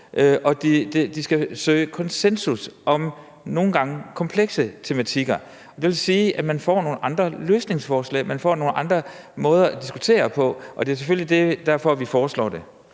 – som skal søge konsensus om nogle gange komplekse tematikker. Det vil sige, at man får nogle andre løsningsforslag, at man får nogle andre måder at diskutere på, og det er selvfølgelig derfor, vi foreslår det.